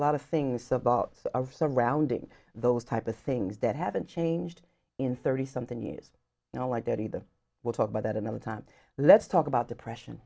lot of things about our surrounding those type of things that haven't changed in thirty something years you know like they're either we'll talk about that in the time let's talk about depression